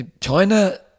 China